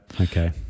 Okay